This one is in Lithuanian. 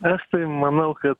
aš tai manau kad